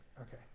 Okay